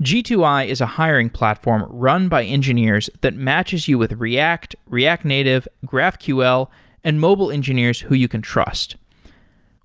g two i is a hiring platform run by engineers that matches you with react, react native, graphql and mobile engineers who you can trust